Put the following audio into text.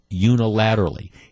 unilaterally